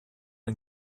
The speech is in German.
den